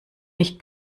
nicht